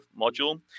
module